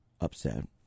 upset